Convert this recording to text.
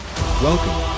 Welcome